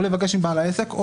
או לבקש מבעל העסק,